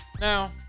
now